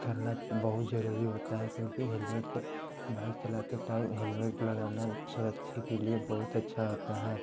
करना बहुत ज़रूरी होता है क्योंकि हेलमेट से बाइक चलाते टाइम हेलमेट लगाना सुरक्षा के लिए बहुत अच्छा होता है